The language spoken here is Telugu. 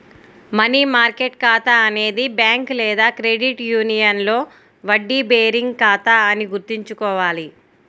మనీ మార్కెట్ ఖాతా అనేది బ్యాంక్ లేదా క్రెడిట్ యూనియన్లో వడ్డీ బేరింగ్ ఖాతా అని గుర్తుంచుకోవాలి